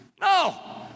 No